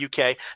UK